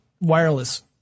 wireless